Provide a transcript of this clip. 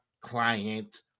client